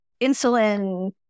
insulin